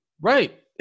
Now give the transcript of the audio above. Right